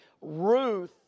Ruth